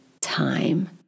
time